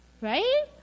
Right